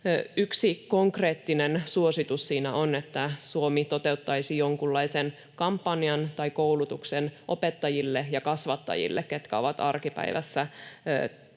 Yksi konkreettinen suositus siinä on, että Suomi toteuttaisi jonkunlaisen kampanjan tai koulutuksen opettajille ja kasvattajille, jotka ovat arkipäivässä